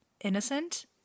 innocent